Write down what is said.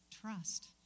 trust